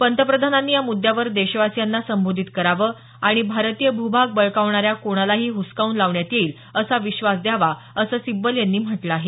पंतप्रधानांनी या मुद्यावर देशवासीयांना संबोधित करावं आणि भारतीय भूभाग बळकवणाऱ्या कोणालाही हसकावून लावण्यात येईल असा विश्वास द्यावा असं सिब्बल यांनी म्हटलं आहे